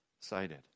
cited